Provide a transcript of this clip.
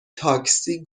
تاکسی